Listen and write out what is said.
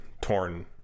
torn